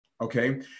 Okay